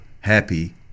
happy